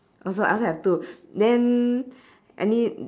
also I also have two then any